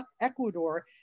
Ecuador